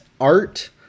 art